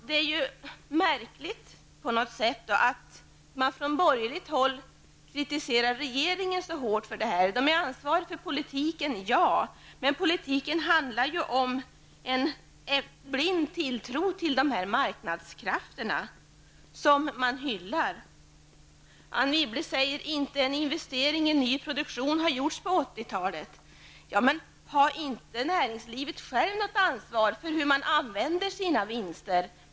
Det är märkligt att man från borgerligt håll kritiserar regeringen så hårt för det här. Regeringen är ansvarig för politiken -- ja, men politiken bygger ju på blind tilltro till marknadskrafterna, som de borgeliga partierna hyllar. Anne Wibble säger att inte en investering i ny produktion har gjorts under 80-talet. Har inte näringslivet självt något ansvar för hur det använder sina vinster?